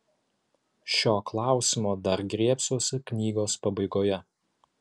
šio klausimo dar griebsiuosi knygos pabaigoje